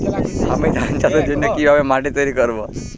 আমি ধান চাষের জন্য কি ভাবে মাটি তৈরী করব?